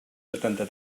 setanta